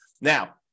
now